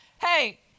Hey